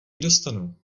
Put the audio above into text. dostanu